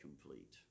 complete